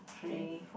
three